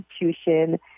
institution